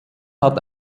hat